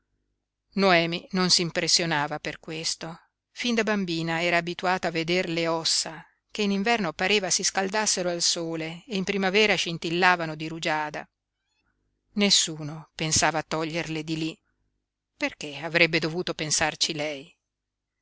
noemi non s'impressionava per questo fin da bambina era abituata a veder le ossa che in inverno pareva si scaldassero al sole e in primavera scintillavano di rugiada nessuno pensava a toglierle di lí perché avrebbe dovuto pensarci lei